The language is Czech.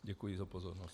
Děkuji za pozornost.